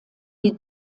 die